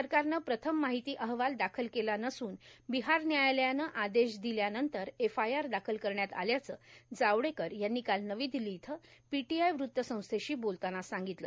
सरकारनं प्रथम माहिती अहवाल दाखल केला नसून बिहार न्यायालयानं आदेश दिल्यानंतर एफआयआर दाखल करण्यात आल्याचं जावडेकर यांनी काल नवी दिल्ली इथं पीटीआय वृत संस्येशी बोलताना सांगितलं